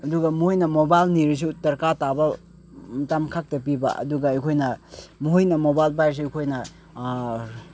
ꯑꯗꯨꯒ ꯃꯣꯏꯅ ꯃꯣꯕꯥꯏꯜ ꯅꯤꯔꯁꯨ ꯗꯔꯀꯥꯔ ꯇꯥꯕ ꯃꯇꯝ ꯈꯛꯇ ꯄꯤꯕ ꯑꯗꯨꯒ ꯑꯩꯈꯣꯏꯅ ꯃꯣꯏꯅ ꯃꯣꯕꯥꯏꯜ ꯄꯥꯏꯔꯁꯨ ꯑꯩꯈꯣꯏꯅ